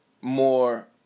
more